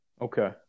Okay